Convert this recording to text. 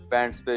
Pants